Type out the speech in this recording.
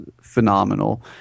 phenomenal